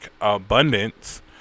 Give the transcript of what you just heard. Abundance